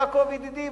יעקב ידידי,